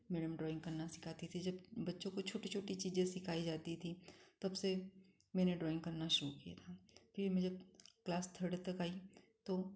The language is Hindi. मैडम ड्राइंग करना सिखाती थीं जब बच्चों को छोटी छोटी चीजें सिखाई जाती थीं तब से मैंने ड्राइंग करना शुरू किया था फिर मैं जब क्लास थर्ड तक आई तो